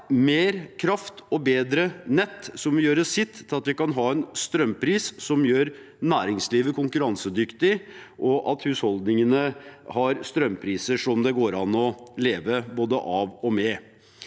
mer kraft og bedre nett som vil gjøre sitt til at vi kan ha en strømpris som gjør næringslivet konkurransedyktig og at husholdningene har strømpriser det går an å leve både av og med.